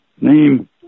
name